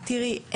תראי,